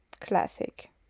classic